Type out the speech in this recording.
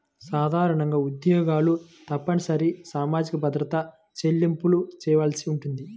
సాధారణంగా ఉద్యోగులు తప్పనిసరిగా సామాజిక భద్రత చెల్లింపులు చేయవలసి ఉంటుంది